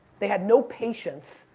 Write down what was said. they had no patience.